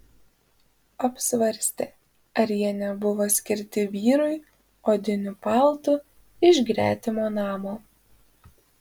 apsvarstė ar jie nebuvo skirti vyrui odiniu paltu iš gretimo namo